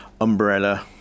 umbrella